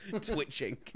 Twitching